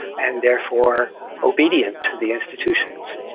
and therefore obedient to the institutions.